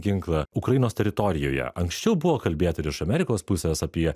ginklą ukrainos teritorijoje anksčiau buvo kalbėta ir iš amerikos pusės apie